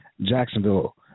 Jacksonville